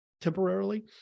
temporarily